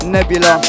Nebula